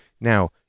Now